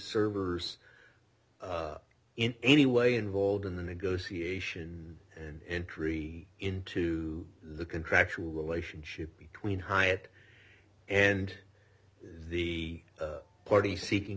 servers in any way involved in the negotiation and entry into the contractual relationship between hyatt and the party seeking